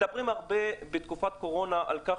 מדברים הרבה בתקופת הקורונה על כך